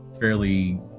fairly